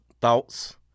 thoughts